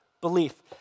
belief